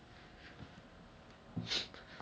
tonight I don't mind some M_L